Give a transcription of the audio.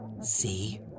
See